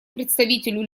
представителю